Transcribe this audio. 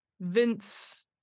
Vince